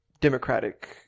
democratic –